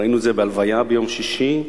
ראינו את זה בהלוויה ביום שישי,